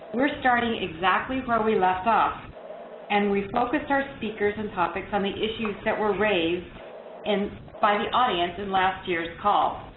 we're starting exactly where we left off and we focused our speakers and topics on the issues that were raised and by the audience in last year's call.